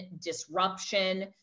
disruption